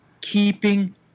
keeping